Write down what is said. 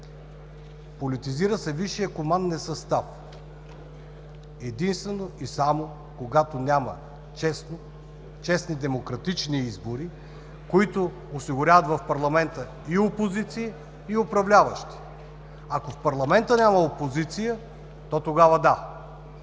Политизира се висшият команден състав единствено и само когато няма честни демократични избори, които осигуряват в парламента опозиция и управляващи. Ако в парламента няма опозиция, то тогава има